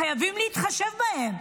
חייבים להתחשב בהם.